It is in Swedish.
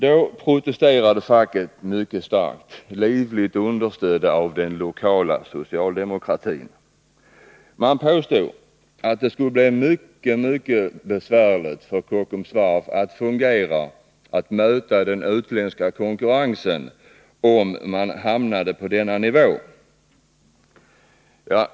Då protesterade facket häftigt, livligt understött av socialdemokratin på orten. Man påstod att det skulle bli mycket besvärligt för Kockums att möta den utländska konkurrensen om varvet hamnade på denna nivå.